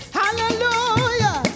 hallelujah